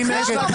מי נגד?